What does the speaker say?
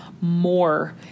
more